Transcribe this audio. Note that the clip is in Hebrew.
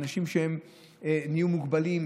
אנשים שנהיו מוגבלים,